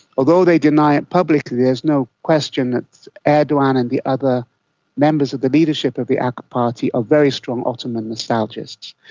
although they deny it publicly, there is no question that erdogan and the other members of the leadership of the ak party are very strong ottoman nostalgists,